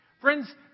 Friends